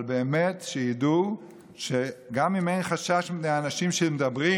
אבל באמת שידעו שגם אם אין חשש מהאנשים שמדברים,